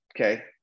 Okay